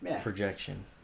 projection